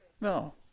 No